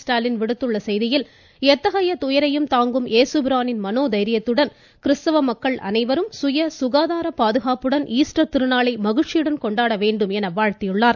ஸ்டாலின் விடுத்துள்ள வாழ்த்துச் செய்தியில் எத்தகைய துயரையும் தாங்கும் ஏசுபிரானின் மனோதைரியத்துடன் கிறிஸ்தவ மக்கள் அனைவரும் சுய சுகாதார பாதுகாப்புடன் ஈஸ்டர் திருநாளை மகிழ்ச்சியுடன் கொண்டாட வேண்டும் என வாழ்த்தியுள்ளார்